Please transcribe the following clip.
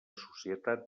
societat